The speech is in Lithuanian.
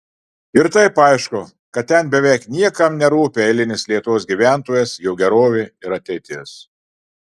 ir taip aišku kad ten beveik niekam nerūpi eilinis lietuvos gyventojas jo gerovė ir ateitis